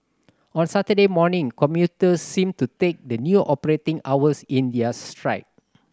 on Saturday morning commuters seemed to take the new operating hours in their stride